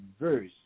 verse